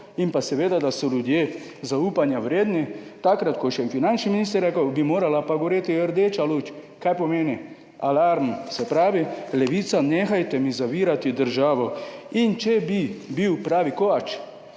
in pa seveda, da so ljudje zaupanja vredni. Takrat, ko je še en finančni minister rekel, bi morala pa goreti rdeča luč, kaj pomeni alarm. Se pravi, Levica, nehajte mi zavirati državo. In če bi bil pravi kovač